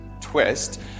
twist